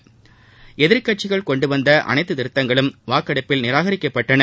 இதனையடுத்து எதிர்க்கட்சிகள் கொண்டுவந்த அனைத்து திருத்தங்களும் வாக்கெடுப்பில் நிராகரிக்கப்பட்டன